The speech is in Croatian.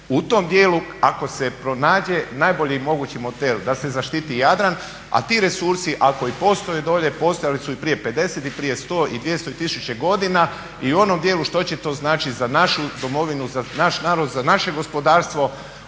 u tom dijelu ako se pronađe najbolji mogući model da se zaštiti Jadran, a ti resursi ako i postoje dolje postojali su i prije 50 i prije 100, 200 i 1000 godina. I u onom dijelu što će to značiti za našu domovinu, za naš narod, za naše gospodarstvo